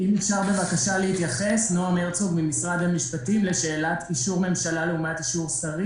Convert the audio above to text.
אם אפשר להתייחס לשאלת אישור ממשלה לעומת אישור שרים.